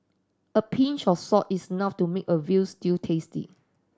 a pinch of salt is enough to make a veal stew tasty